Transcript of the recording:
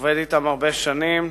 עובד אתם הרבה שנים.